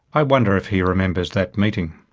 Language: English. i wonder if he remembers that meeting.